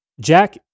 Jack